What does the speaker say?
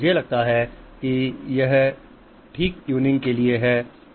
मुझे लगता है कि यह ठीक ट्यूनिंग के लिए है